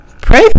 pray